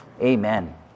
Amen